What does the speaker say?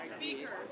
Speaker